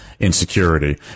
Insecurity